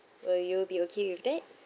will you be okay with that